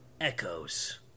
echoes